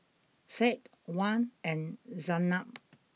Said Wan and Zaynab